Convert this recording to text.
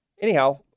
Anyhow